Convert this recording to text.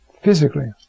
physically